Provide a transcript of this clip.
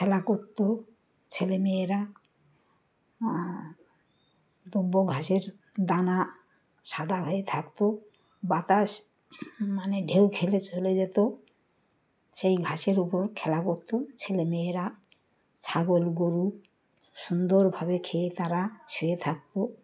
খেলা করতো ছেলেমেয়েরা দূর্বা ঘাসের দানা সাদা হয়ে থাকতো বাতাস মানে ঢেউ খেলে চলে যেত সেই ঘাসের উপর খেলা করতো ছেলেমেয়েরা ছাগল গরু সুন্দরভাবে খেয়ে তারা শুয়ে থাকতো